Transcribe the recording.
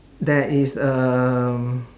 there is a um